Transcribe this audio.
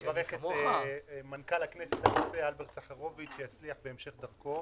רוצה לברך את מנכ"ל הכנסת היוצא אלברט סחרוביץ' שיצליח בהמשך דרכו.